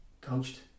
coached